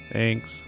Thanks